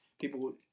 People